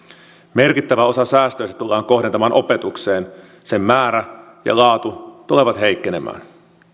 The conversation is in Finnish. merkittävä osa säästöistä tullaan kohdentamaan opetukseen sen määrä ja laatu tulevat heikkenemään